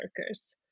workers